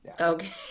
Okay